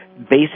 Basic